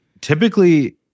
typically